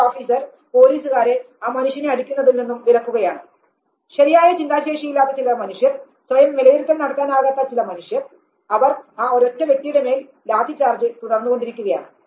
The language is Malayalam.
ഈ ഓഫീസർ പോലീസുകാരെ ആ മനുഷ്യനെ അടിക്കുന്നതിൽ നിന്നും വിലക്കുകയാണ് ശരിയായ ചിന്താശേഷിയില്ലാത്ത ചില മനുഷ്യർ സ്വയം വിലയിരുത്തൽ നടത്താനാകാത്ത ചില മനുഷ്യർ അവർ ആ ഒരൊറ്റ വ്യക്തിയുടെമേൽ ലാത്തിചാർജ് തുടർന്നുകൊണ്ടിരിക്കുകയാണ്